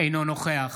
אינו נוכח